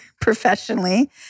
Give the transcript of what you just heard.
professionally